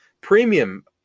premium